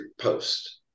post